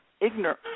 ignorant